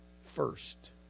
first